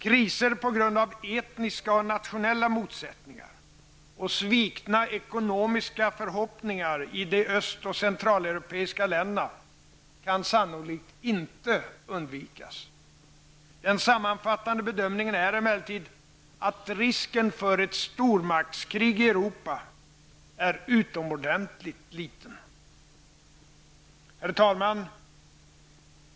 Kriser på grund av etniska och nationella motsättningar och svikna ekonomiska förhoppningar i de öst och centraleuropeiska länderna kan sannolikt inte undvikas. Den sammanfattande bedömningen är emellertid att risken för ett stormaktskrig i Europa är utomordentligt liten. Herr talman!